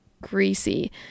greasy